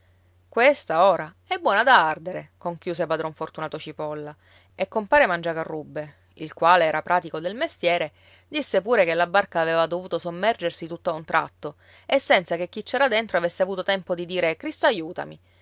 questa ora è buona da ardere conchiuse padron fortunato cipolla e compare mangiacarrubbe il quale era pratico del mestiere disse pure che la barca aveva dovuto sommergersi tutt'a un tratto e senza che chi c'era dentro avesse avuto tempo di dire cristo aiutami